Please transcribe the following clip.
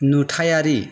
नुथायारि